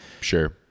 sure